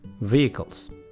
vehicles